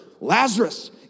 Lazarus